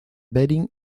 bering